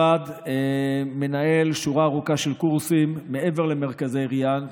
המשרד מנהל שורה ארוכה של קורסים מעבר למרכזי ריאן,